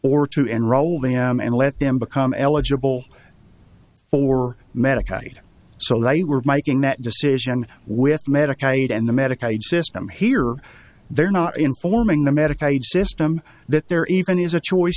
or to enroll them and let them become eligible for medicaid so they were making that decision with medicaid and the medicaid system here they're not informing the medicaid system that they're even has a choice